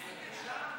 42,